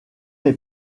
est